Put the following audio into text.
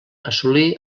assolí